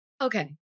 Okay